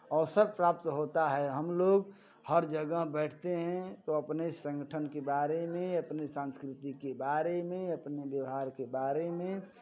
अवसर प्राप्त होता है हमलोग हर जगह बैठते हैं तो अपने संगठन के बारे में अपने सांस्कृतिक के बारे में अपने व्यवहार के बारे में